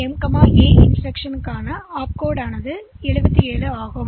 எனவே இந்த MOV M இன் குறியீட்டு முறை ஒரு இன்ஸ்டிரக்ஷன்77 ஆகும்